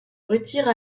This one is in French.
retire